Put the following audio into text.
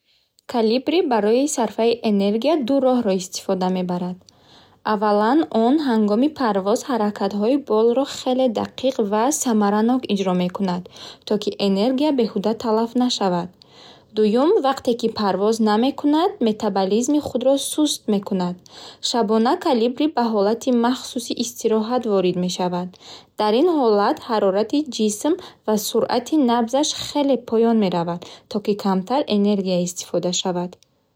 Колибри барои сарфаи энергия ду роҳро истифода мебарад. Аввалан, он ҳангоми парвоз ҳаракатҳои болро хеле дақиқ ва самаранок иҷро мекунад, то ки энергия беҳуда талаф нашавад. Дуюм, вақте ки парвоз намекунад, метаболизми худро суст мекунад. Шабона колибри ба ҳолати махсуси истироҳат ворид мешавад. Дар ин ҳолат ҳарорати ҷисм ва суръати набзаш хеле поён меравад, то ки камтар энергия истифода шавад.